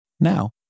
Now